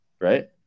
right